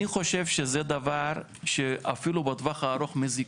אני חושב שזה דבר שאפילו בטווח הארוך מזיק,